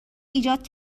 ایجاد